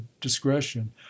discretion